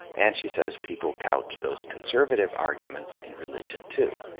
and, she says, people couch those conservative arguments in religion, too.